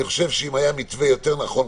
אני חושב שאם היה מתווה יותר נכון,